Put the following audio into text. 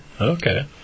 Okay